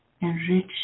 enrich